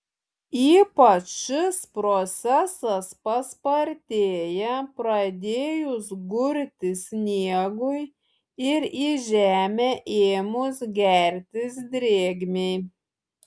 ypač šis procesas paspartėja pradėjus gurti sniegui ir į žemę ėmus gertis drėgmei